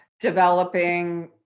developing